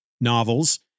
novels